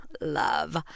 love